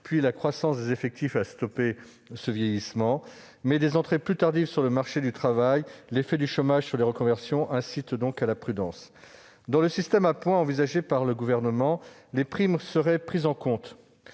que la croissance des effectifs ne stoppe ce vieillissement. Toutefois, des entrées plus tardives sur le marché du travail et l'effet du chômage sur les reconversions incitent à la prudence. Dans le système à points envisagé par le Gouvernement, les primes seraient prises en compte.